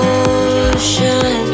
ocean